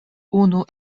unu